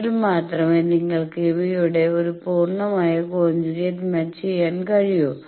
എങ്കിൽ മാത്രമേ നിങ്ങൾക്ക് ഇവയുമായി ഒരു പൂർണ്ണമായ കോഞ്ചുഗേറ്റ് മാച്ച് ചെയ്യാൻ കഴിയൂ